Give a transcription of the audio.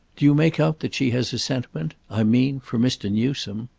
do you make out that she has a sentiment? i mean for mr. newsome.